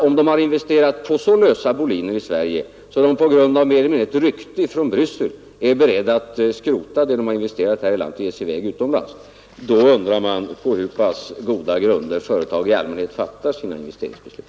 Om de på grund av vad som mer eller mindre kan betraktas som ett rykte från Bryssel är beredda att skrota det de investerat här i Sverige och ge sig i väg utomlands, då undrar man på hur pass goda grunder företag i allmänhet fattar sina investeringsbeslut.